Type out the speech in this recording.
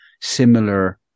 similar